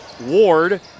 Ward